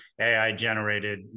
AI-generated